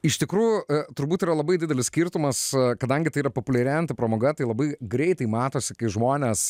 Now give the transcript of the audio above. iš tikrųjų turbūt yra labai didelis skirtumas kadangi tai yra populiarėjanti pramoga tai labai greitai matosi kai žmonės